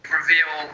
reveal